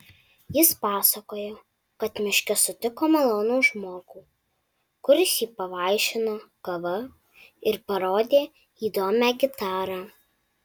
jis pasakojo kad miške sutiko malonų žmogų kuris jį pavaišino kava ir parodė įdomią gitarą